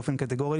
באופן קטגורי,